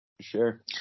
sure